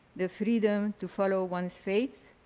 the freedom to follow one's faith,